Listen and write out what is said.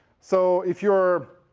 so if you're